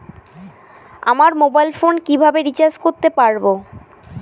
আমার mobile phone কিভাবে recharge করতে পারব?